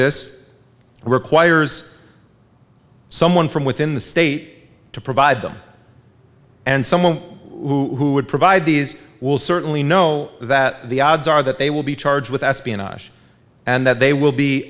this requires someone from within the state to provide them and someone who would provide these will certainly know that the odds are that they will be charged with espionage and that they will be